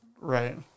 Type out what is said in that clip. Right